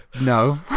no